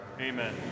Amen